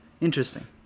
Interesting